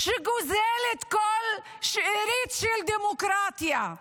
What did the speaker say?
שגוזלת כל שארית של דמוקרטיה,